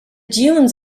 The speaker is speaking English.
dunes